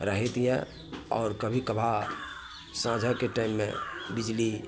रहैत यऽ आओर कभी कभार साँझाके टाइममे बिजली